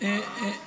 ורבין נחמיאס.